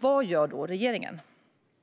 Vad gör då regeringen?